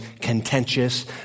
contentious